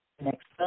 Next